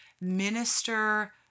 minister